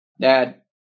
Dad